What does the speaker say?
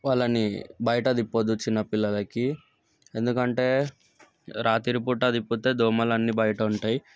వాళ్ళని బయట తిప్పవద్దు చిన్న పిల్లలకి ఎందుకంటే రాత్రిపూట అదిపోతే దోమలన్నీ బయట ఉంటాయి